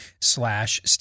slash